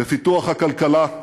בפיתוח הכלכלה,